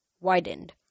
widened